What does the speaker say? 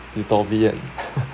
you told me yet